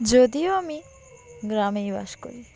যদিও আমি গ্রামেই বাস করি